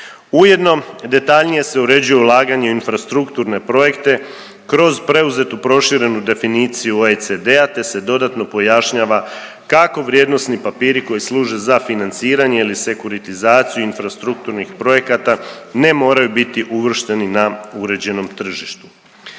Ujedno detaljnije se uređuje ulaganje u infrastrukturne projekte kroz preuzetu proširenu definiciju OECD-a te se dodatno pojašnjava kako vrijednosni papiri koji služe za financiranje ili sekuritizaciju infrastrukturnih projekta ne moraju biti uvršteni na uređenom tržištu.